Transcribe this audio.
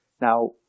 Now